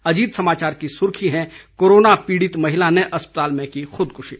अजीत समाचार की सुर्खी है कोरोना पीड़ित महिला ने अस्पताल में की खुदकशी